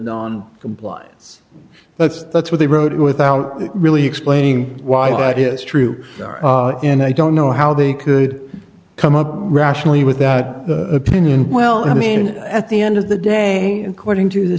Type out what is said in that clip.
non compliance but that's what they wrote without really explaining why that is true and i don't know how they could come up rationally with that opinion well i mean at the end of the day according to the